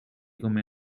come